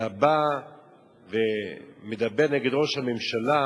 אתה בא ומדבר נגד ראש הממשלה,